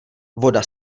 voda